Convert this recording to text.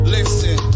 Listen